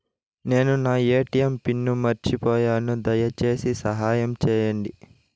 నేను నా ATM pin మర్చిపోయాను, దయచేసి సహాయం చేయండి